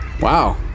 Wow